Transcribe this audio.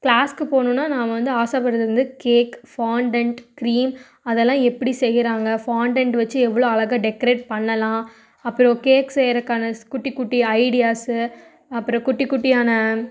கிளாஸ்க்கு போணுன்னா நான் வந்து ஆசைப்படுறது வந்து கேக் ஃபாண்டண்ட் கிரீம் அதெல்லாம் எப்படி செய்யறாங்க ஃபாண்டண்ட் வச்சி எவ்வளோ அழகாக டெக்ரேட் பண்ணலாம் அப்புறோம் கேக் செய்யறக்கான ஸ் குட்டி குட்டி ஐடியாஸு அப்புறோம் குட்டி குட்டியான